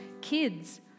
Kids